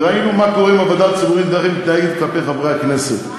ראינו מה קורה עם הוועדה הציבורית ואיך היא מתנהגת כלפי חברי הכנסת.